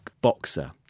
boxer